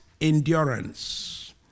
endurance